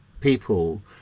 people